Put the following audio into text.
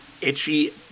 Itchy